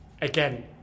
again